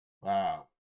wow